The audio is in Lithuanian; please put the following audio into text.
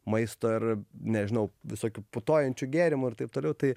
maisto ir nežinau visokių putojančių gėrimų ir taip toliau tai